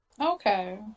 Okay